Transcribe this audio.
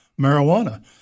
marijuana